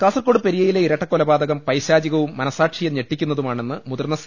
കാസർകോട് പെരിയയിലെ ഇരട്ടക്കൊലപാതകം പൈശാചി കവും മനസ്സാക്ഷിയെ ഞെട്ടിക്കുന്നതുമാണെന്ന് മുതിർന്ന് സി